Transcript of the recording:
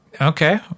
Okay